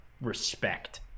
respect